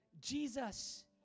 Jesus